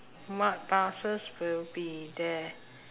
what buses will be there